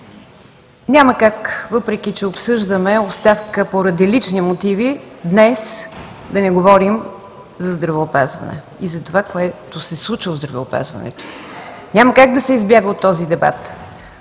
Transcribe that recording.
Няма как, въпреки че обсъждаме оставка поради лични мотиви, днес да не говорим за здравеопазване, и за това, което се случва в здравеопазването. Няма как да се избяга от този дебат.